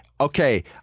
okay